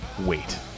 wait